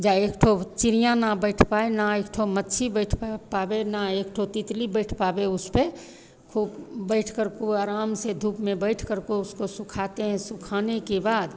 जा एक ठो चिड़ियाँ ना बैठ पाए ना एक ठो मक्खी बैठ पावे ना एक ठो तितली बैठ पावे उसपर खूब बैठ करको आराम से धूप में बैठ करको उसको सुखाते हैं सुखाने के बाद